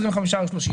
25 אחוזים,